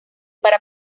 para